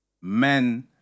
men